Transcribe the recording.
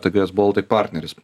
tgs baltic partneris